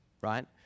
right